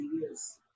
years